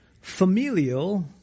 familial